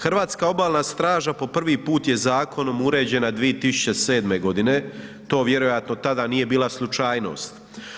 Hrvatska obalna straža po prvi put je zakonom uređena 2007. godine, to vjerojatno tada nije bila slučajnost.